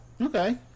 Okay